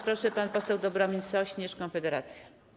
Proszę, pan poseł Dobromir Sośnierz, Konfederacja.